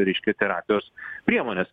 reiškia terapijos priemones